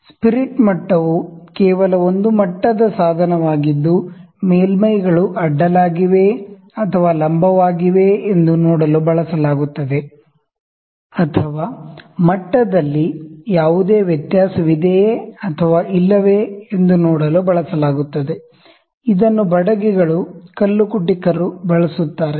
spirit ಮಟ್ಟವು ಕೇವಲ ಒಂದು ಮಟ್ಟದ ಸಾಧನವಾಗಿದ್ದು ಮೇಲ್ಮೈಗಳು ಹಾರಿಜಾಂಟಲ್ಆಗಿವೆಯೇ ಅಥವಾ ವರ್ಟಿಕಲ್ ವರ್ಟಿಕಲ್ ಆಗಿವೆಯೇ ಎಂದು ನೋಡಲು ಬಳಸಲಾಗುತ್ತದೆ ಅಥವಾ ಮಟ್ಟದಲ್ಲಿ ಯಾವುದೇ ವ್ಯತ್ಯಾಸವಿದೆಯೇ ಅಥವಾ ಇಲ್ಲವೇ ಎಂದು ನೋಡಲು ಬಳಸಲಾಗುತ್ತದೆ ಇದನ್ನು ಕಾರ್ಪೆಂಟರ್ ಗಳು ಮೇಸನ್ರು ಬಳಸುತ್ತಾರೆ